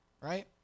right